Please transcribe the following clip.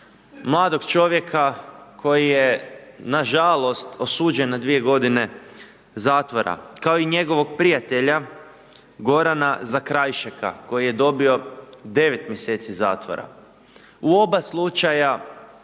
mladog čovjeka koji je nažalost osuđen na dvije godine zatvora kao i njegovog prijatelja Gorana Zakrajšeka koji je dobio 9 mjeseci zatvora. U oba slučaja